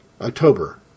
October